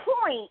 point